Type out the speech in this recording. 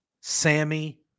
Sammy